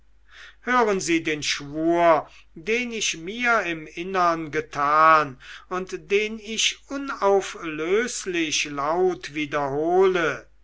hören sie den schwur den ich mir im innern getan und den ich unauflöslich laut wiederhole